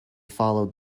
followed